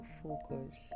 focus